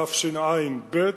בתשע"ב,